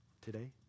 today